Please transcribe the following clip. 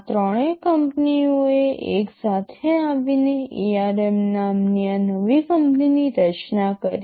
આ ત્રણેય કંપનીઓએ એક સાથે આવીને ARM નામની આ નવી કંપનીની રચના કરી